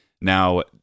Now